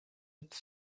its